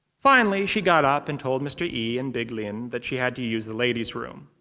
finally, she got up and told mr. yi and big lin that she had to use the ladies' room.